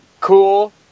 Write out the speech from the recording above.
cool